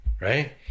right